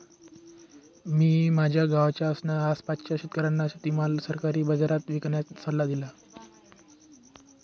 मी माझ्या गावाच्या आसपासच्या शेतकऱ्यांना शेतीमाल सरकारी बाजारात विकण्याचा सल्ला दिला